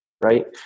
right